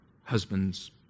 husband's